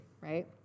right